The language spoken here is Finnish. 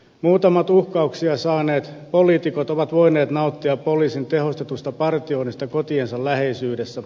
muutamat uhkauksia saaneet poliitikot ovat voineet nauttia poliisin tehostetusta partioinnista kotiensa läheisyydessä